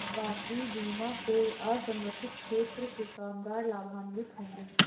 राष्ट्रीय बीमा से असंगठित क्षेत्र के कामगार लाभान्वित होंगे